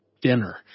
dinner